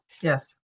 Yes